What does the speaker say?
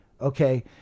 Okay